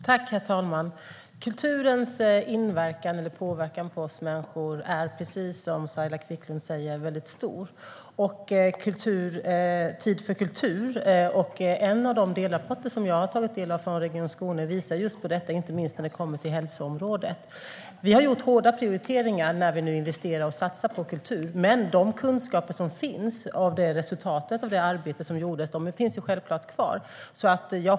Herr talman! Kulturens påverkan på oss människor är väldigt stor, som Saila Quicklund säger. Tid för kultur och en av de delrapporter som jag har tagit del av från Region Skåne visar på just detta, inte minst på hälsoområdet. Vi gör hårda prioriteringar när vi nu investerar och satsar på kultur. Men de kunskaper som kommit som ett resultat av det arbete som gjordes finns självklart kvar.